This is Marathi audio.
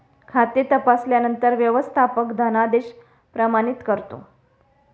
खाते तपासल्यानंतर व्यवस्थापक धनादेश प्रमाणित करतो